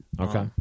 Okay